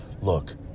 look